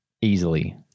Easily